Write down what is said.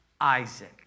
Isaac